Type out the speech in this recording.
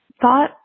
thought